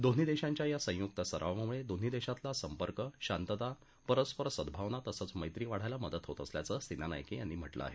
दोन्ही देशांच्या या संयुक्त सरावामुळे दोन्ही देशातील संपर्क शांतता परस्पर सझावना तसंच मैत्री वाढायला मदत होत असल्याचं सेनानायके यांनी म्हटलं आहे